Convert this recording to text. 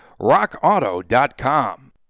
RockAuto.com